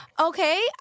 Okay